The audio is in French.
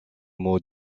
mot